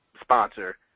sponsor